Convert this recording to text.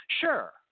Sure